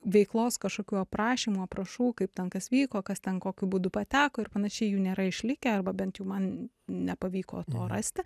veiklos kažkokių aprašymų aprašų kaip ten kas vyko kas ten kokiu būdu pateko ir panašiai jų nėra išlikę arba bent jau man nepavyko to rasti